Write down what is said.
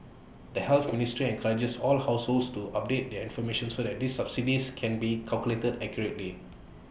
the health ministry encourages all households to update their information so these subsidies can be calculated accurately